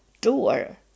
door